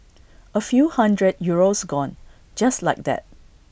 A few hundred euros gone just like that